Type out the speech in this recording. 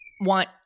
want